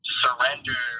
surrender